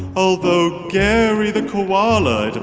although gary the koala, it and